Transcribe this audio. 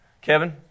Kevin